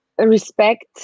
respect